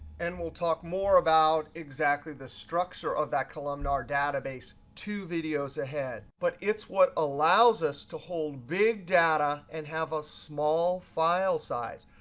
and we'll talk more about, exactly, the structure of that columnar database two videos ahead. but it's what allows us to hold big data and have a small file size.